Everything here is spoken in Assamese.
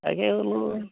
তাকে বোলো